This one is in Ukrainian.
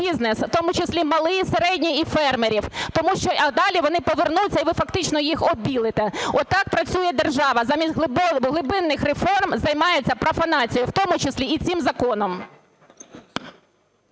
бізнес, в тому числі малий, середній і фермерів, тому що, а далі вони повернуться, і ви фактично їх оббілите . От так працює держава – замість глибинних реформ займається профанацією, в тому числі і цим законом.